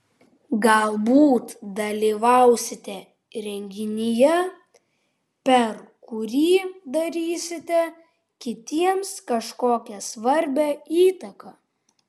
galbūt dalyvausite renginyje per kurį darysite kitiems kažkokią svarbią įtaką